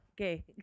okay